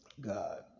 God